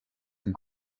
been